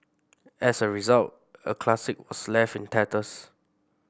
as a result a classic was left in tatters